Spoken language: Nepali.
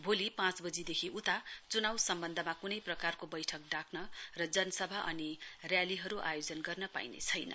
भोलि पाँचबजीदेखि उता चुनाउ सम्बन्धमा क्नै पनि प्रकारको बैठक डाक्न र जनसभा अनि रयालीहरू आयोजन गर्न पाइने छैन